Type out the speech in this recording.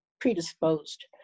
predisposed